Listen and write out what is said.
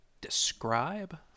describe